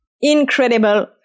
Incredible